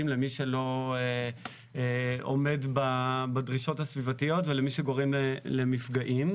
למי שלא עומד בדרישות הסביבתיות ולמי שגורם למפגעים,